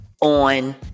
on